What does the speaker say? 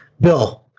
Bill